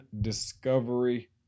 discovery